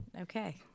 Okay